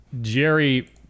Jerry